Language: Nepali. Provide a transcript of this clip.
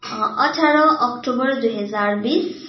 अठार अक्टुबर दुई हजार बिस